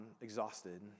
exhausted